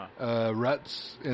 ruts